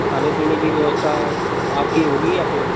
खाने पीने कि व्यवस्था आपकी होगी या फिर